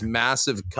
massive